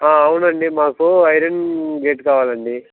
అవునండి మాకు iron gate కావాలండీ